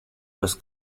los